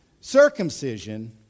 circumcision